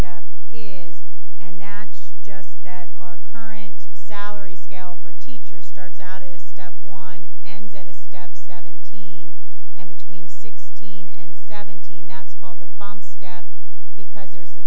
step is and natch just that our current salary scale for teachers starts out a step line and that is step seventeen and between sixteen and seventeen that's called the bomb stat because there's a